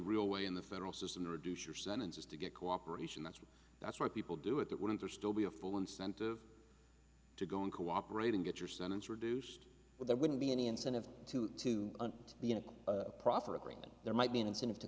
real way in the federal system to reduce your sentences to get cooperation that's that's what people do it wouldn't or still be a full incentive to go in cooperating get your sentence reduced but there wouldn't be any incentive to to be in a proffer agreement there might be an incentive to